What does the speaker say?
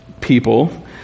people